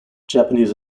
japanese